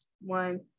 one